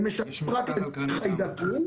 פרט לחיידקים,